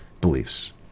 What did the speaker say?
beliefs